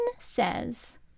says